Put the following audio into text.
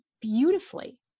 beautifully